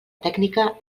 tècnica